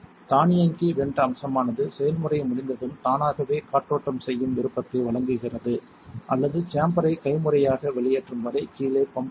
தானியங்கி வென்ட் அம்சமானது செயல்முறை முடிந்ததும் தானாகவே காற்றோட்டம் செய்யும் விருப்பத்தை வழங்குகிறது அல்லது சேம்பரை கைமுறையாக வெளியேற்றும் வரை கீழே பம்ப் செய்யும்